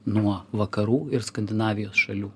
nuo vakarų ir skandinavijos šalių